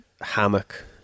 hammock